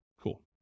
Cool